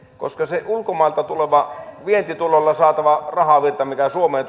koska ulkomailta tuleva vientituloilla saatava rahavirta mikä suomeen